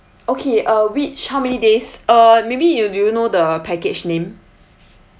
okay uh which how many days uh maybe you do you know the package name